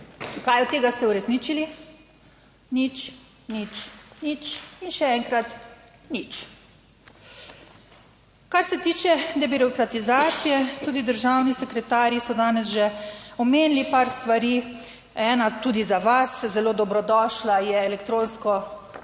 Kaj od tega ste uresničili? Nič, nič, nič in še enkrat nič. Kar se tiče debirokratizacije tudi državni sekretarji so danes že omenili par stvari, ena tudi za vas, zelo dobrodošla je elektronsko